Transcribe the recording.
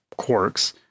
quarks